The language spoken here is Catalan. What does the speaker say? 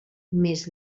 més